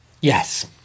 Yes